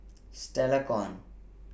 Stella Kon